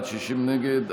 נגד.